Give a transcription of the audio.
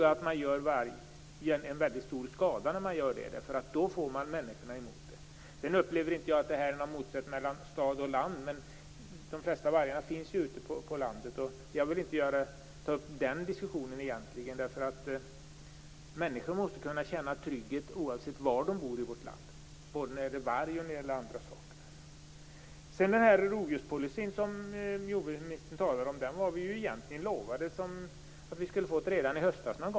Vargen görs en stor skada eftersom människorna blir emot den. Jag upplever inte att det finns någon motsättning mellan stad och landsbygd. De flesta vargarna finns ute på landet. Jag vill egentligen inte ta upp den diskussionen. Människor måste kunna känna trygghet oavsett var de bor i vårt land, både när det gäller varg och annat. Jordbruksministern talar om rovdjurspolicyn. Vi var lovade att få den redan i höstas.